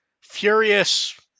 furious